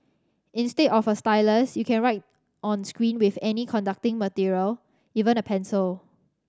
instead of a stylus you can write on screen with any conducting material even a pencil